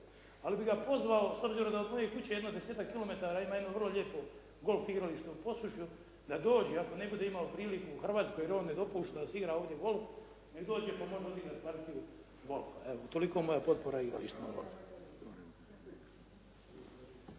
Ali bih ga pozvao s obzirom da od moje kuće ima 10-tak kilometara, ima jedno vrlo lijepo golf igralište u Posušju da dođe ako ne bude imao priliku u Hrvatskoj, jer one dopušta da se igra ovdje golf, neka dođe pa može odigrati partiju golfa. Evo utoliko moja potpora igralištima